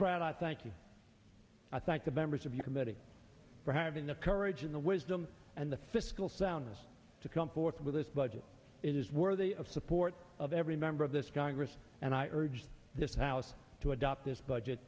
spratt i thank you i thank the members of your committee for having the courage and the wisdom and the fiscal soundness to come forth with this budget it is worthy of support of every member of this congress and i urged this house to adopt this budget